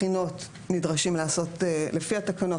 בחינות נדרשים לעשות לפי התקנות,